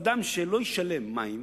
אדם שלא ישלם מים,